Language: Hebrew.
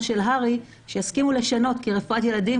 של הר"י שיסכימו לשנות כי רפואת ילדים,